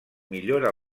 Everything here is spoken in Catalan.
millora